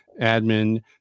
admin